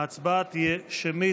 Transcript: ההצבעה תהיה שמית.